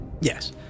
yes